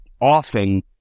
often